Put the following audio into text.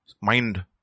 mind